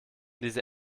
diese